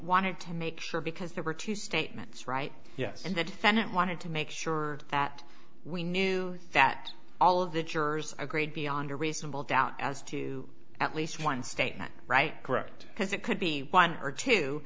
wanted to make sure because there were two statements right yes and the defendant wanted to make sure that we knew that all of the jurors are great beyond a reasonable doubt as to at least one statement right correct because it could be one or two